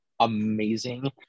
amazing